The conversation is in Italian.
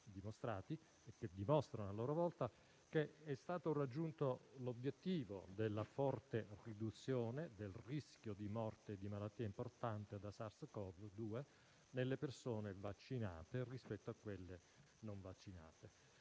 dimostrati e che dimostrano a loro volta che è stato raggiunto l'obiettivo di una forte riduzione del rischio di morte e di malattia importante da SARS-CoV-2 nelle persone vaccinate rispetto a quelle non vaccinate.